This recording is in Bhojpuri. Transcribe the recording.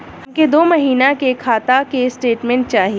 हमके दो महीना के खाता के स्टेटमेंट चाही?